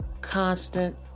constant